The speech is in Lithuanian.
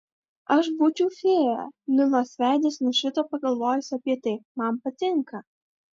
aš būčiau fėja lilos veidas nušvito pagalvojus apie tai man patinka